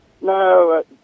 No